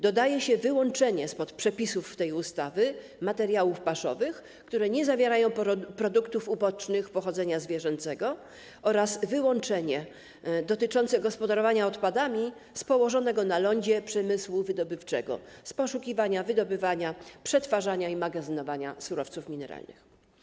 Dodaje się wyłączenie spod przepisów tej ustawy materiałów paszowych, które nie zawierają produktów ubocznych pochodzenia zwierzęcego, oraz wyłączenie dotyczące gospodarowania odpadami z położonego na lądzie przemysłu wydobywczego, z poszukiwania, wydobywania, przetwarzania i magazynowania surowców mineralnych.